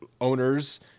owners